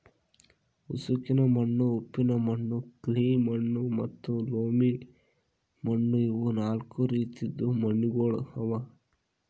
ಉಸುಕಿನ ಮಣ್ಣು, ಉಪ್ಪಿನ ಮಣ್ಣು, ಕ್ಲೇ ಮಣ್ಣು ಮತ್ತ ಲೋಮಿ ಮಣ್ಣು ಇವು ನಾಲ್ಕು ರೀತಿದು ಮಣ್ಣುಗೊಳ್ ಅವಾ